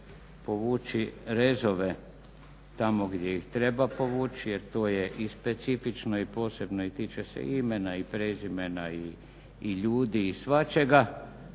povući rezove tamo gdje ih treba povući jer to je i specifično i posebno i tiče se imena, i prezimena, i ljudi i svačega,